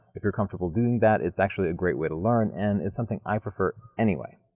if you're comfortable doing that it's actually a great way to learn and it's something i prefer anyway.